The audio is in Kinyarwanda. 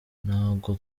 ntago